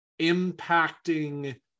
impacting